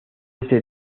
este